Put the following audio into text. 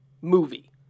movie